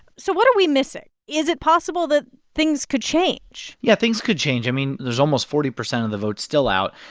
so what are we missing? is it possible that things could change? yeah, things could change. i mean, there's almost forty percent of the vote still out.